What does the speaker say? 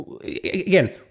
Again